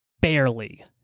barely